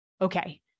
okay